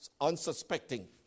unsuspecting